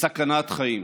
בסכנת חיים,